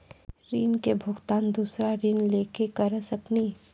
ऋण के भुगतान दूसरा ऋण लेके करऽ सकनी?